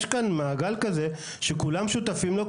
יש כאן מעגל כזה שכולם שותפים לו,